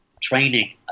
training